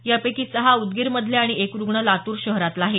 यापैकी सहा उदगीरमधले आणि एक रुग्ण लातूर शहरातला आहे